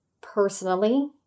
personally